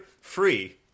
free